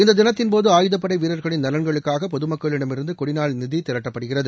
இந்த தினத்தின்போது ஆயுதப்படை வீரர்களின் நலன்களுக்காக பொதுமக்களிடமிருந்து கொடிநாள் நிதி திரட்டப்படுகிறது